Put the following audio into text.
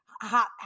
hot